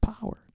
power